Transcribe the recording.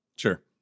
Sure